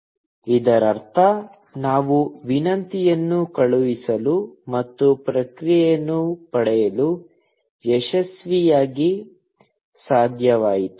ಇದರರ್ಥ ನಾವು ವಿನಂತಿಯನ್ನು ಕಳುಹಿಸಲು ಮತ್ತು ಪ್ರತಿಕ್ರಿಯೆಯನ್ನು ಪಡೆಯಲು ಯಶಸ್ವಿಯಾಗಿ ಸಾಧ್ಯವಾಯಿತು